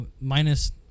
Minus